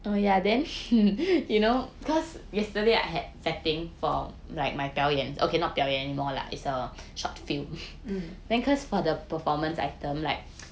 mm